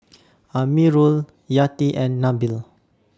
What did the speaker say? Amirul Yati and Nabil